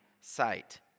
sight